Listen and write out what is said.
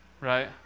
right